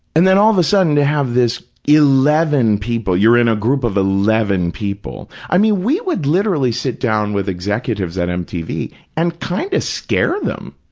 and then all of a sudden to have this eleven people, you're in a group of eleven people, i mean, we would literally sit down with executives at mtv and kind of scare them.